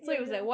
ya ya